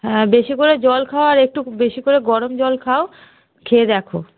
হ্যাঁ বেশি করে জল খাও আর একটু বেশি করে গরম জল খাও খেয়ে দেখো